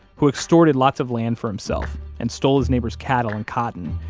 who extorted lots of land for himself and stole his neighbor's cattle and cotton,